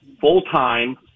full-time